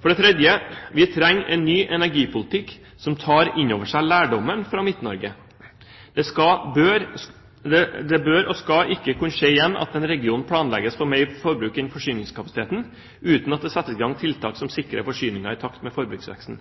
For det tredje: Vi trenger en ny energipolitikk som tar inn over seg lærdommen fra Midt-Norge. Det bør og skal ikke kunne skje igjen at det for en region planlegges for mer forbruk enn forsyningskapasiteten tilsier, uten at det settes i gang tiltak som sikrer forsyningen i takt med forbruksveksten.